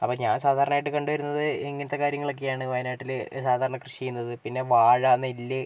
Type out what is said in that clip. അപ്പോൾ ഞാൻ സധാരണയായിട്ട് കണ്ടു വരുന്നത് ഇങ്ങനത്തെ കാര്യങ്ങളൊക്കെയാണ് വയനാട്ടിൽ സാധാരണ കൃഷി ചെയ്യുന്നത് പിന്നെ വാഴ നെല്ല്